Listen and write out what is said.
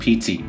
PT